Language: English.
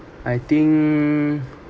I think